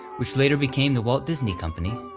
which later became the walt disney company,